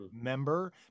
member